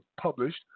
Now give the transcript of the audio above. published